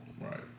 Right